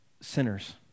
sinners